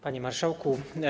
Panie Marszałku!